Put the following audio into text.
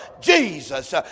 Jesus